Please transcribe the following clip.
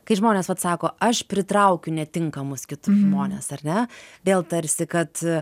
kai žmonės vat sako aš pritraukiu netinkamus kitus žmones ar ne vėl tarsi kad